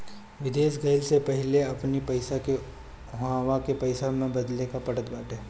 विदेश गईला से पहिले अपनी पईसा के उहवा के पईसा में बदले के पड़त बाटे